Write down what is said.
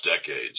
decades